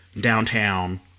downtown